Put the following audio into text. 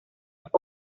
sus